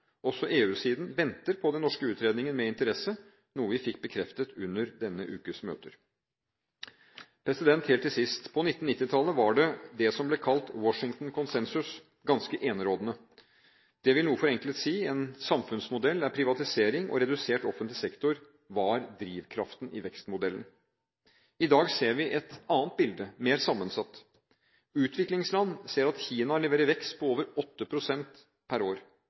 Også EU-siden venter på den norske utredningen med interesse, noe vi fikk bekreftet under denne ukes møter. Helt til sist: På 1990-tallet var det som ble kalt Washington konsensus, ganske enerådende. Det vil noe forenklet si en samfunnsmodell der privatisering og redusert offentlig sektor var drivkraften i vekstmodellen. I dag ser vi et annet bilde, mer sammensatt. Utviklingsland ser at Kina leverer vekst på over 8 pst. per år.